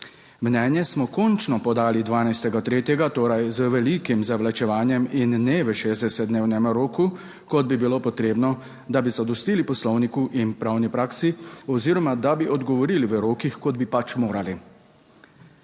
Mnenje smo končno podali 12. 3., torej z velikim zavlačevanjem in ne v 60-dnevnem roku, kot bi bilo potrebno, da bi zadostili Poslovniku in pravni praksi oziroma da bi odgovorili v rokih, kot bi pač morali.